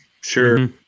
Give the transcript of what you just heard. Sure